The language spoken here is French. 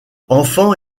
enfant